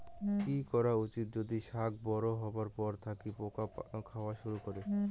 কি করা উচিৎ যদি শাক বড়ো হবার পর থাকি পোকা খাওয়া শুরু হয়?